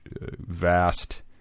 vast